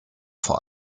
vor